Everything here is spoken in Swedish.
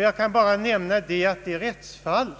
Jag kan bara nämna att det rättsfall